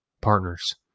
partners